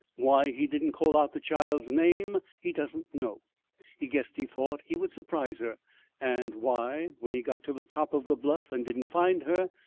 why he didn't call out the child's name he doesn't know he guessed he thought he would surprise her and why, when he got to the top of the bluff and didn't find her,